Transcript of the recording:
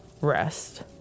Rest